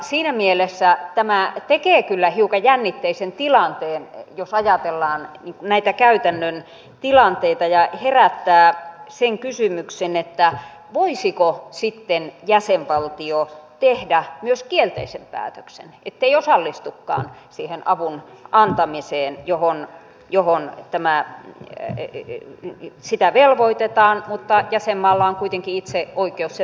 siinä mielessä tämä tekee kyllä hiukan jännitteisen tilanteen jos ajatellaan näitä käytännön tilanteita ja herättää sen kysymyksen voisiko sitten jäsenvaltio tehdä myös kielteisen päätöksen ettei osallistukaan siihen avun antamiseen johon sitä velvoitetaan kun jäsenmaalla on kuitenkin itse oikeus se päätös tehdä